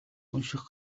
унших